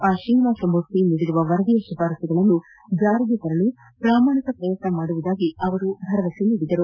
R Srinivasa Murthy ನೀಡಿರುವ ವರದಿಯ ಶಿಫಾರಸ್ಸುಗಳನ್ನು ಜಾರಿಗೆ ತರಲು ಪ್ರಾಮಾಣಿಕ ಪ್ರಯತ್ನ ಮಾಡುವುದಾಗಿ ಅವರು ಭರವಸೆ ನೀಡಿದರು